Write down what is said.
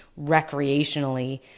recreationally